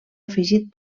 afegit